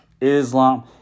Islam